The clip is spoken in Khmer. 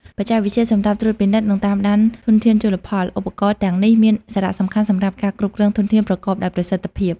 បច្ចេកវិទ្យាសម្រាប់ត្រួតពិនិត្យ និងតាមដានធនធានជលផល ឧបករណ៍ទាំងនេះមានសារៈសំខាន់សម្រាប់ការគ្រប់គ្រងធនធានប្រកបដោយប្រសិទ្ធភាព។